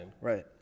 Right